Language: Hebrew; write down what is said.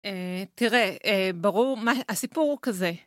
תראה, ברור מה הסיפור כזה.